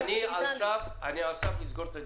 הנה אני אומר לכם, אני על סף לסגור את הדיון.